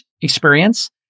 experience